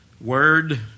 word